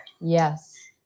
yes